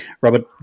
Robert